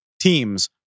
teams